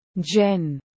Jen